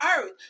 earth